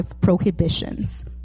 prohibitions